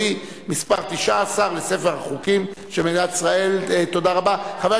חוק זו,